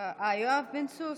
יואב בן צור.